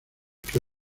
que